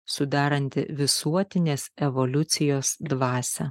sudaranti visuotinės evoliucijos dvasią